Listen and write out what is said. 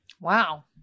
wow